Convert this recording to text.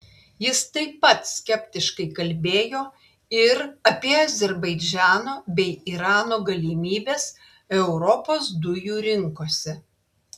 jis taip pat skeptiškai kalbėjo ir apie azerbaidžano bei irano galimybes europos dujų rinkose